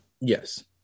Yes